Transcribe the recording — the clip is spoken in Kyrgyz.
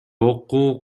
окуу